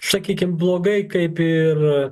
sakykim blogai kaip ir